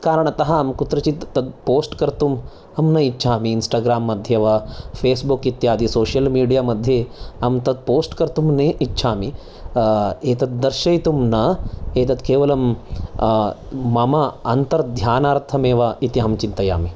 तत्कारणतः तत् कुत्रचित् तत् पोस्ट् कर्तुम् अहं न इच्छामि इन्स्टाग्रां मध्ये वा फेसबुक् इत्यादि सोश्यल् मीडिया मध्ये अहं तत् पोस्ट् कर्तुं न इच्छामि एतत् दर्शयितुं न एतत् केवलं मम अन्तर्ध्यानार्थमेव इति अहं चिन्तयामि